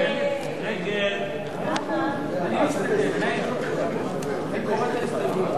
להלן: קבוצת סיעת חד"ש,